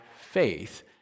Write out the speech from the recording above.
faith